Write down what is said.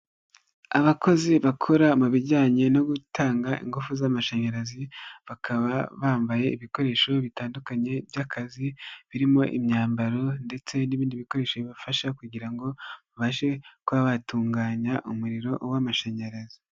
Abakozi bakora mu bijyanye no gutanga ingufu z'amashanyarazi, bakaba bambaye ibikoresho bitandukanye by'akazi, birimo imyambaro ndetse n'ibindi bikoresho bibafasha kugira ngo babashe kuba batunganya umuriro w'amashanyarazi.